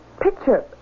picture